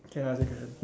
k I ask you question